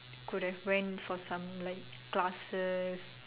could have went for some like classes